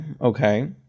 okay